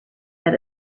that